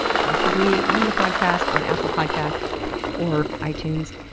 possibly on the podcast, on apple podcasts or itunes.